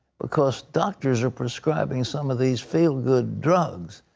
because doctors are prescribing some of these feel-good drugs.